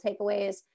takeaways